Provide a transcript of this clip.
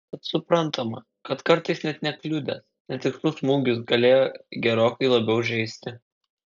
tad suprantama kad kartais net nekliudęs netikslus smūgis galėjo gerokai labiau žeisti